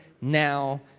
now